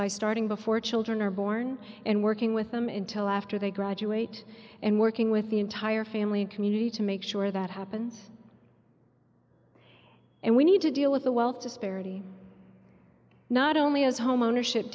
by starting before children are born and working with them in til after they graduate and working with the entire family community to make sure that happens and we need to deal with the wealth disparity not only as homeownership